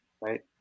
right